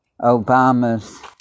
Obama's